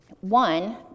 one